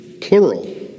Plural